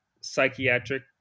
psychiatric